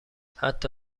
حتی